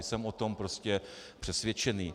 Jsem o tom prostě přesvědčený.